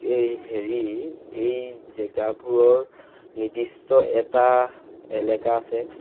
এই হেৰি এই জেগাবোৰৰ নিৰ্দিষ্ট এটা এলেকা আছে